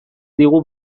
digu